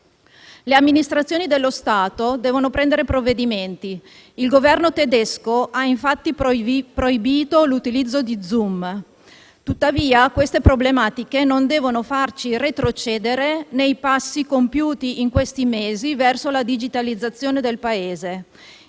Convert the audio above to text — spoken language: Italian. Le amministrazioni dello Stato devono prendere provvedimenti. Il Governo tedesco ha infatti proibito l'utilizzo di Zoom. Tuttavia queste problematiche non devono farci retrocedere nei passi compiuti in questi mesi verso la digitalizzazione del Paese,